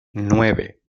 nueve